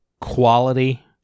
Quality